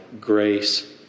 grace